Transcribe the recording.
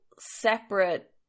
separate